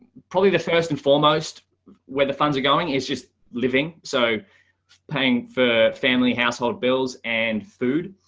probably the first and foremost where the funds are going is just living so paying for family household bills and food.